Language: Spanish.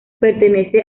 pertenece